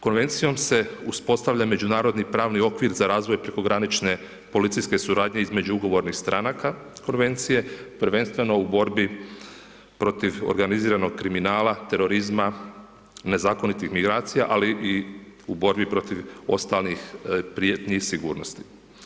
Konvencijom se uspostavlja međunarodni pravni okvir za razvoj prekogranične policijske suradnje između ugovornih stranaka Konvencije, prvenstveno u borbi protiv organiziranog kriminala, terorizma, nezakonitih migracija ali i u borbi protiv ostalih prijetnji i sigurnosti.